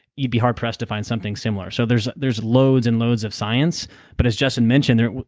you'd be hard pressed to find something similar so there's there's loads and loads of science but as justin mentioned there,